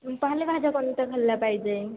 पालेभाज्या कोणत्या खाल्ल्या पाहिजे